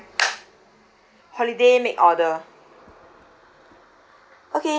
holiday make order okay hello